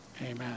amen